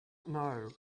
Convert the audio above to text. know